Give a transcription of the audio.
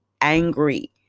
angry